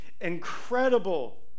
incredible